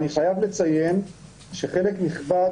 אני חייב לציין שחלק נכבד,